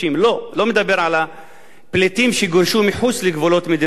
אני לא מדבר על פליטים שגורשו מחוץ לגבולות מדינת ישראל.